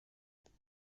دیدنت